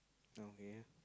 okay